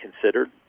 considered